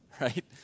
right